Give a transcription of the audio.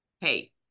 hey